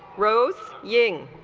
rhodes ying-tai